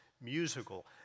musical